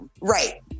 Right